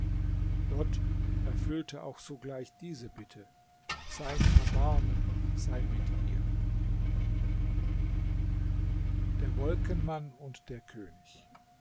gott erfüllte auch sogleich diese bitte sein erbarmen sei mit ihr der wolkenmann und der könig